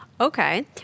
Okay